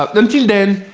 ah until then,